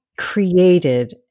created